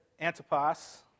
Antipas